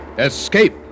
Escape